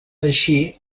així